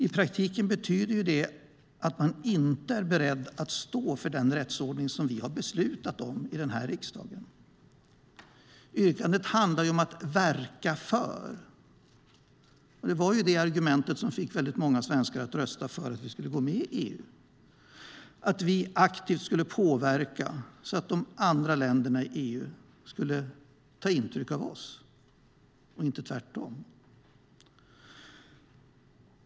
I praktiken betyder det ju att man inte är beredd att stå för den rättsordning som vi har beslutat om i denna riksdag. Yrkandet handlar om att "verka för". Det var ju det argumentet som fick många svenskar att rösta för att Sverige skulle gå med i EU, att vi aktivt skulle påverka de andra EU-länderna så att de skulle ta intryck av oss, inte tvärtom.